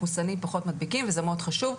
מחוסנים פחות מדביקים וזה מאוד חשוב.